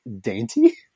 dainty